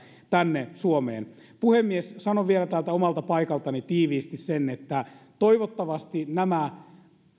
tänne suomeen puhemies sanon vielä täältä omalta paikaltani tiiviisti että toivottavasti